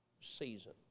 season